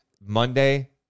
Monday